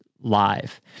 Live